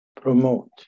Promote